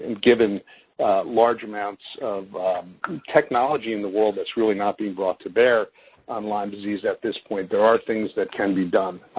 given large amounts of technology in the world that's really not being brought to bear on lyme disease at this point, there are things that can be done.